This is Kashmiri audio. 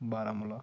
بارہمولہ